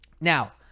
Now